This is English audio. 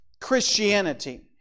Christianity